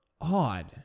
odd